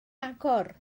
agor